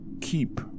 keep